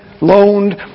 loaned